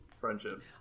friendship